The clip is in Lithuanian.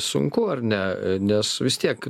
sunku ar ne nes vis tiek